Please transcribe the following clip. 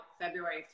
February